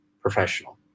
professional